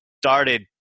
started